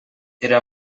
era